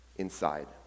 Inside